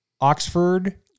Oxford